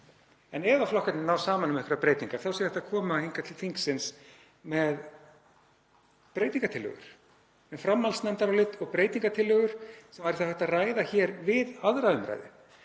en ef flokkarnir ná saman um einhverjar breytingar þá sé hægt að koma hingað til þingsins með breytingartillögur, með framhaldsnefndarálit og breytingartillögur sem væri þá hægt að ræða hér við 2. umr.,